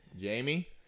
Jamie